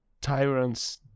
tyrants